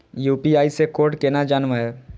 UPI से code केना जानवै?